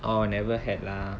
orh never had lah